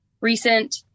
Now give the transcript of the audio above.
recent